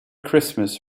christmas